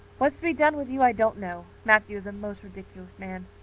what's to be done with you i don't know. matthew is a most ridiculous man.